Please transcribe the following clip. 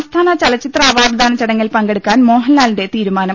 സംസ്ഥാന ചലച്ചിത്ര അവാർഡ്ദാന ചടങ്ങിൽ പങ്കെടുക്കാൻ മോഹൻലാലിന്റെ തീരുമാനം